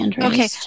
Okay